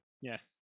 Yes